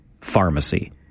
pharmacy